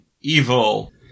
evil